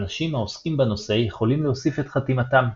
אנשים העוסקים בנושא יכולים להוסיף את חתימתם.